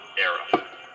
era